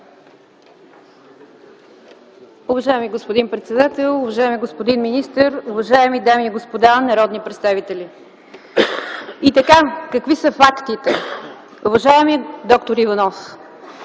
Уважаеми господин председател, уважаеми господин министър, уважаеми дами и господа народни представители! Какви са фактите? Уважаеми д-р Иванов!